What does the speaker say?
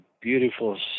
beautiful